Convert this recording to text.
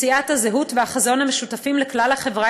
מציאת הזהות והחזון המשותפים לכלל החברה